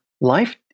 life